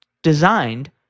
designed